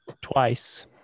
Twice